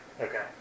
Okay